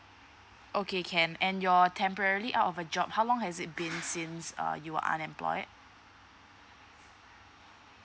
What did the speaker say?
okay can and you're temporary out of a job how long has it been since uh you are unemployed